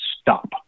stop